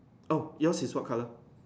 oh yours is what color